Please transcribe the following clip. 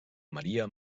maria